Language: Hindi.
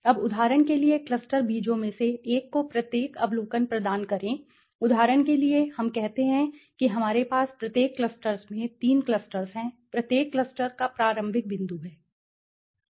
अब उदाहरण के लिए क्लस्टर बीजों में से एक को प्रत्येक अवलोकन प्रदान करें उदाहरण के लिए हम कहते हैं कि हमारे पास प्रत्येक क्लस्टर्स में तीन क्लस्टर्स हैं प्रत्येक क्लस्टर का प्रारंभिक बिंदु है